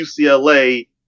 UCLA